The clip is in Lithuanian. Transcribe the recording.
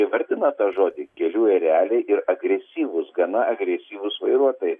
įvardina tą žodį kelių ereliai ir agresyvūs gana agresyvūs vairuotojai